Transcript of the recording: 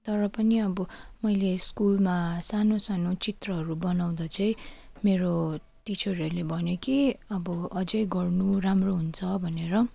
तर पनि अबबो मैले स्कुलमा सानो सानो चित्रहरू बनाउँदा चाहिँ मेरो टिचरहरूले भन्यो कि अब अझै गर्नु राम्रो हुन्छ भनेर